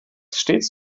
stets